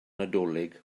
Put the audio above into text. nadolig